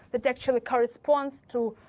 that actually corresponds to